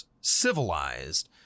civilized